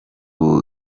ubu